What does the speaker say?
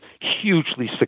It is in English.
hugely